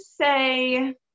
say